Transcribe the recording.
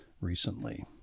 recently